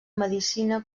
medicina